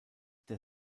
der